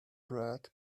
brad